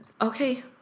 Okay